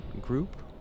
group